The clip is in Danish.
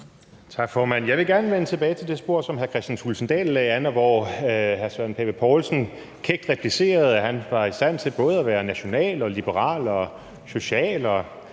Jeg vil gerne vende tilbage til det spor, som hr. Kristian Thulesen Dahl lagde an, og hvor hr. Søren Pape Poulsen kækt replicerede, at han var i stand til både at være national, liberal og social,